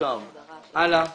הצבעה בעד, פה